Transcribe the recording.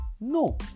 no